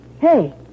Hey